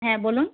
হ্যাঁ বলুন